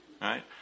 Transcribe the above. right